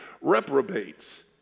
reprobates